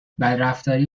بدرفتاری